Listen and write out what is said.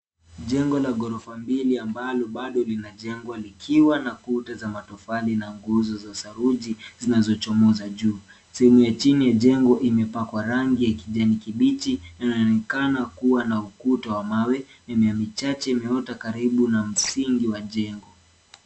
Jengo la ghorofa mbili ambalo bado linajengwa likiwa na kuta za matofali na nguzo za saruji zinazochomoza juu. Sehemu ya chini ya jengo imepakwa rangi ya kijani kibichi na inaonekana kuwa na ukuta wa mawe. Mimea michache imeota karibu na msingi wa jengo.